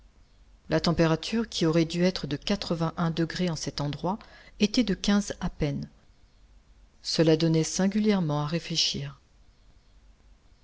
la température qui aurait dû être de quatre-vingt-un degrés en cet endroit était de quinze à peine cela donnait singulièrement à réfléchir